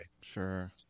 Sure